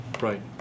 Right